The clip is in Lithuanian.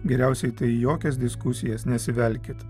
geriausia tai į jokias diskusijas nesivelkit